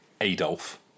Adolf